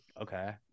okay